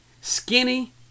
skinny